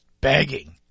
begging